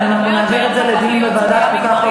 אז אנחנו נעביר את זה לדיון בוועדת חוקה,